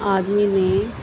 ਆਦਮੀ ਨੇ